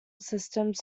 systems